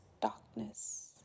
darkness